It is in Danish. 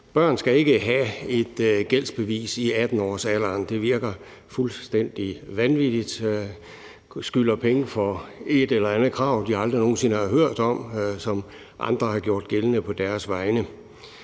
Børn skal ikke have et gældsbevis i 18-årsalderen. Det virker fuldstændig vanvittigt at skylde penge for et eller andet krav, de aldrig nogen sinde har hørt om, og som andre har gjort gældende på deres vegne.